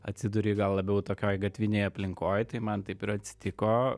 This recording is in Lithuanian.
atsiduri gal labiau tokioj gatvėj aplinkoj tai man taip ir atsitiko